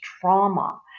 trauma